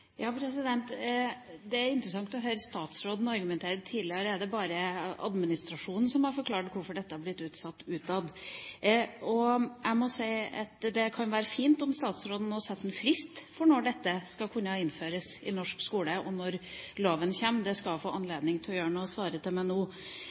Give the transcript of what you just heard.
Det er interessant å høre statsråden argumentere. Tidligere er det bare administrasjonen som har forklart utad hvorfor dette er blitt utsatt. Det kunne være fint om statsråden nå setter en frist for når dette skal innføres i norsk skole, og når loven kommer. Det skal hun gjerne få